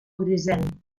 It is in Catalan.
grisenc